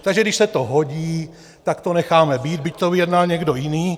Takže když se to hodí, tak to necháme být, byť to vyjednal někdo jiný.